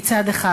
מצד אחד,